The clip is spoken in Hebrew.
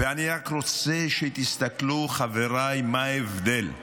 ואני רק רוצה שתסתכלו, חבריי, מה ההבדל,